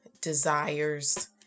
desires